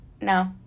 No